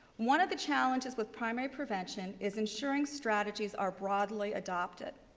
one of the challenges with primary prevention is ensuring strategies are broadly adopted.